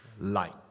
light